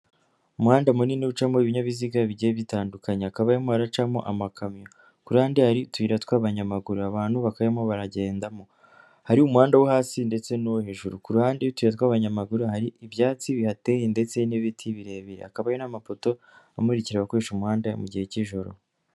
Umuhanda munini ucamo ibinyabiziga bigiye bitandukanye. Hakaba harimo haracamo amakamyo. Ku ruhande hari utuyira tw'abanyamaguru, abantu bakayamo baragendamo. Hari umuhanda wo hasi ndetse n’uwo hejuru. Ku ruhande rw’utuyira tw'abanyamaguru, hari ibyatsi bihateye ndetse n'ibiti birebire. Hakaba hari n'amapoto amurikira abakoresha umuhanda mu gihe cy'ijoro.